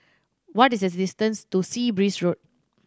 what is the distance to Sea Breeze Road